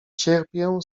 cierpię